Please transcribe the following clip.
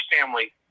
family